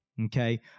Okay